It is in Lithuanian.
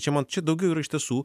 čia man čia daugiau yra iš tiesų